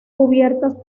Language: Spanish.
cubiertas